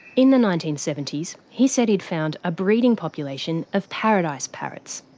in the nineteen seventy s, he said he'd found a breeding population of paradise parrots.